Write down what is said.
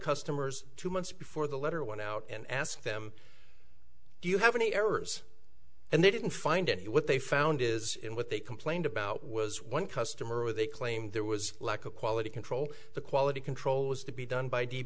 customers two months before the letter went out and ask them do you have any errors and they didn't find out what they found is what they complained about was one customer they claimed there was lack of quality control the quality control was to be done by d